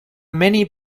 many